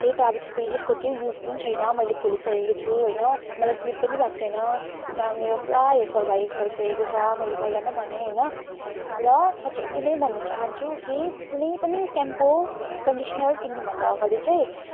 त्यही त अब त्यसको केही युज पनि छैन मैले खोलिसकेको छु होइन मलाई सुट पनि भएको छैन र मेरो पुरा हेयर फल भयो भइसकेको छ मैले पहिला नै भने होइन र म चाहिँ यति नै भन्नु चाहन्छु कि कुनै पनि स्याम्पो कन्डिस्नर किन्नु भन्दा अगाडि चाहिँ